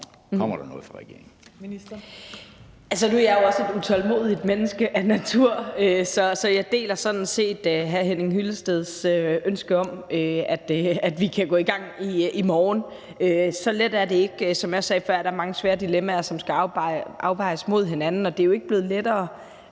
Bramsen): Altså, nu er jeg jo også et utålmodigt menneske af natur, så jeg deler sådan set hr. Henning Hyllesteds ønske om, at vi kan gå i gang i morgen. Så let er det ikke. Som jeg også sagde før, er der mange svære dilemmaer, som skal afvejes mod hinanden, og det er jo ikke blevet lettere